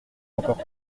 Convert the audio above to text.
encore